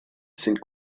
sind